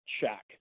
check